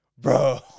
Bro